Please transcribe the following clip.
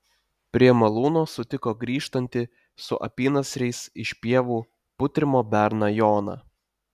prie malūno sutiko grįžtantį su apynasriais iš pievų putrimo berną joną